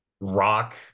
rock